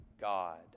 ...God